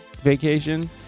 vacation